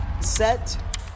set